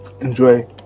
enjoy